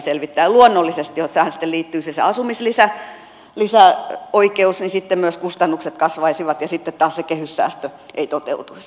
ja luonnollisesti jos tähän siis liittyy asumislisäoikeus niin sitten myös kustannukset kasvaisivat ja sitten taas se kehyssäästö ei toteutuisi